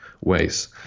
ways